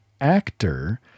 actor